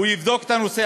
הוא יבדוק את הנושא.